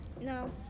No